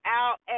out